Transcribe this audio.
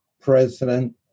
President